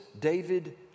David